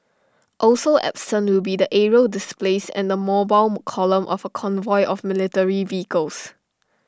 also absent will be the aerial displays and the mobile column of A convoy of military vehicles